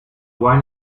wine